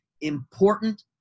important